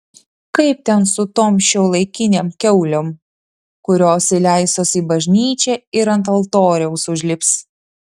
kaip ten su tom šiuolaikinėm kiaulėm kurios įleistos į bažnyčią ir ant altoriaus užlips